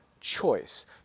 choice